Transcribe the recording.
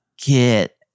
Get